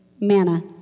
manna